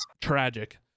tragic